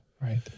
right